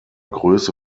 größe